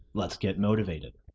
let's get motivated!